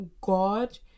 God